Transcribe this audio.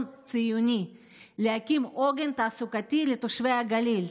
ציוני להקים עוגן תעסוקתי לתושבי הגליל,